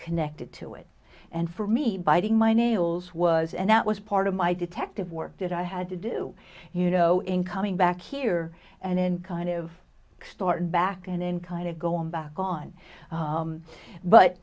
connected to it and for me biting my nails was and that was part of my detective work that i had to do you know in coming back here and then kind of start back and then kind of go on back on